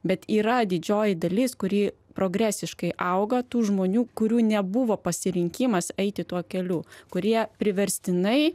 bet yra didžioji dalis kuri progresiškai auga tų žmonių kurių nebuvo pasirinkimas eiti tuo keliu kurie priverstinai